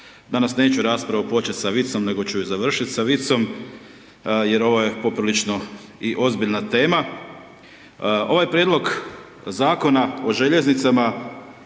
Danas neću raspravu počet sa vicom, nego ću je završit sa vicom jer ovo je poprilično i ozbiljna tema. Ovaj prijedlog Zakona o željeznicama,